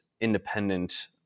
independent